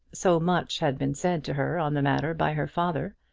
so much had been said to her on the matter by her father,